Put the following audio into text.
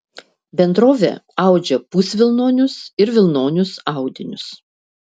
bendrovė audžia pusvilnonius ir vilnonius audinius